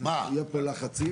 בהשפעה על הרחוב,